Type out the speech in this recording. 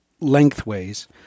lengthways